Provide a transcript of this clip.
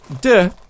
Duh